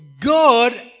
God